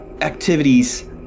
activities